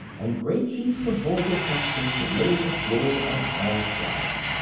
and great sheets of vulgar fractions littered the floor on all sides.